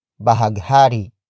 bahaghari